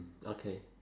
okay